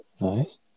Nice